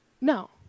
No